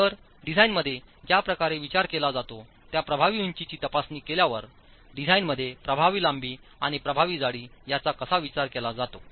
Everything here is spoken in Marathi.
तर डिझाइनमध्ये ज्या प्रकारे विचार केला जातो त्या प्रभावी उंचीची तपासणी केल्यावरडिझाइनमध्ये प्रभावी लांबी आणि प्रभावी जाडी याचा कसा विचार केला जातो